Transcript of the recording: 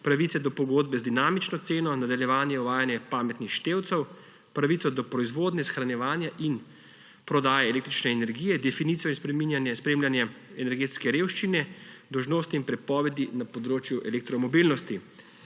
pravice do pogodbe z dinamično ceno, nadaljevanje uvajanja pametnih števcev, pravico do proizvodnje, shranjevanja in prodaje električne energije, definicijo in spremljanje energetske revščine, dolžnosti in prepovedi na področju elektromobilnosti.